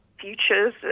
futures